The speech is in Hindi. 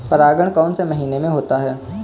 परागण कौन से महीने में होता है?